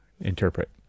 interpret